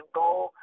goal